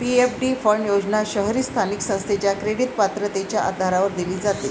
PFD fund योजना शहरी स्थानिक संस्थेच्या क्रेडिट पात्रतेच्या आधारावर दिली जाते